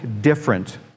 different